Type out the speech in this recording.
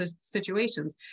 situations